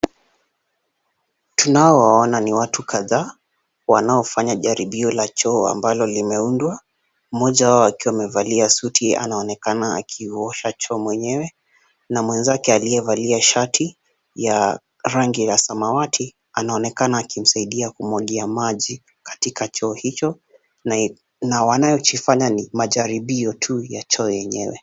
Tunaowaona ni watu kadhaa wanaofanya jaribio la choo ambalo limeundwa, mmoja wao akiwa amevalia suti anaonekana akiosha choo mwenyewe na mwenzake aliyevalia shati ya rangi ya samawati anaonekana akimsaidia kumwagia maji katika choo hicho na wanayokifanya ni majaribio tu ya choo yenyewe.